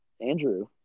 Andrew